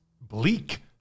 bleak